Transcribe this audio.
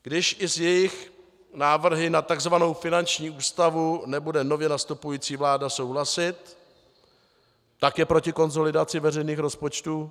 Když i s jejich návrhy na tzv. finanční ústavu nebude nově nastupující vláda souhlasit, tak je proti konsolidaci veřejných rozpočtů?